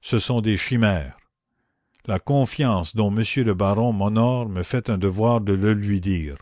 ce sont des chimères la confiance dont monsieur le baron m'honore me fait un devoir de le lui dire